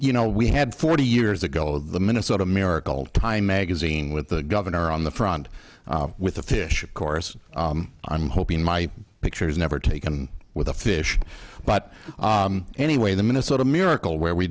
you know we had forty years ago the minnesota miracle time magazine with the governor on the front with the fish of course i'm hoping my picture is never taken with a fish but anyway the minnesota miracle where we